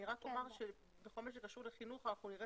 אני רק אומר שבכל מה שקשור לחינוך, אנחנו נראה